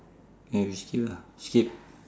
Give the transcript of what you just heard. and we skip lah skip